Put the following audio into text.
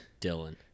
Dylan